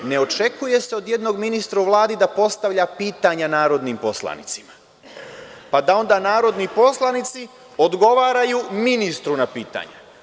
Ne očekuje se od jednog ministra u Vladi da postavlja pitanja narodnim poslanicima, pa da onda narodni poslanici odgovaraju ministru na pitanje.